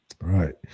Right